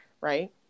Right